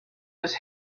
was